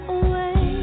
away